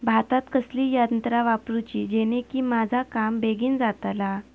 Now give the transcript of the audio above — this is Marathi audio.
भातात कसली यांत्रा वापरुची जेनेकी माझा काम बेगीन जातला?